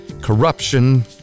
corruption